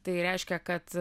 tai reiškia kad